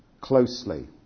closely